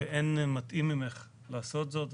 ואין מתאים ממך לעשות זאת.